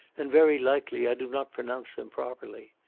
and very likely i do not pronounce them properly.